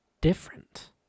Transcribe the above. different